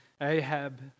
Ahab